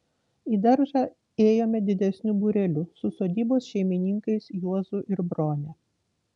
į daržą ėjome didesniu būreliu su sodybos šeimininkais juozu ir brone